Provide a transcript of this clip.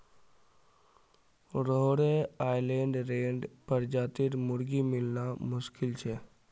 Rhode Island red प्रजातिर मुर्गी मिलना मुश्किल छ